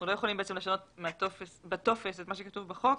לא יכולים לשנות בטופס את מה שכתוב בחוק